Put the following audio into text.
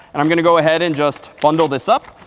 and i'm going to go ahead and just bundle this up,